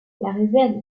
réserve